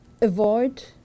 avoid